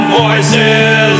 voices